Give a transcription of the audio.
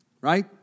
right